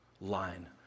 line